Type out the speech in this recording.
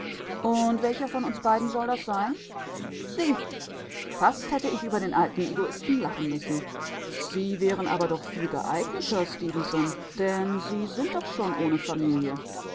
und welcher von uns beiden soll das sein sie fast hätte ich über den alten egoisten lachen müssen sie wären aber doch viel geeigneter stefenson denn sie sind doch schon ohne familie